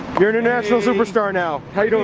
your international superstar now. how